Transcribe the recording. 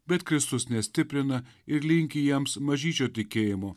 bet kristus nestiprina ir linki jiems mažyčio tikėjimo